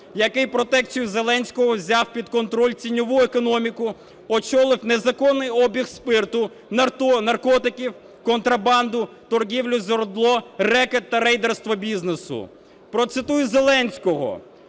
який протекцію Зеленського під контроль тіньову економіку, очолив незаконний обіг спирту, наркотиків, контрабанду, торгівлю з ОРДЛО, рекет та рейдерство бізнесу. Процитую Зеленського: